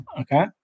Okay